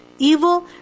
Evil